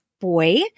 boy